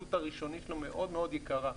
העלות הראשונית שלו מאוד מאוד יקרה.